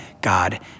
God